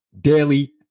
Daily